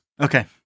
Okay